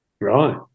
Right